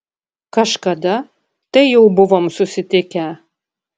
kažkada tai jau buvom susitikę